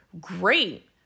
great